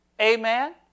Amen